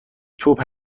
توپ